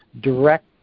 direct